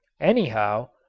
anyhow,